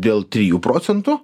dėl trijų procentų